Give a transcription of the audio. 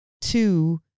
two